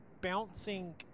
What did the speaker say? bouncing